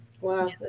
Wow